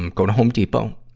and go to home depot,